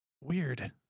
Weird